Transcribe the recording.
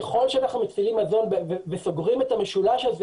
ככל שאנחנו סוגרים את המשולש הזה,